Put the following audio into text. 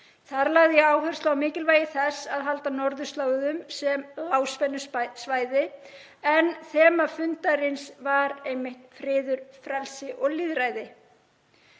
Þar lagði ég áherslu á mikilvægi þess að halda norðurslóðum sem lágspennusvæði en þema fundarins var einmitt friður, frelsi og lýðræði.